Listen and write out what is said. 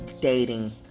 dating